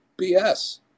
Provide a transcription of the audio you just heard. BS